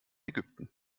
ägypten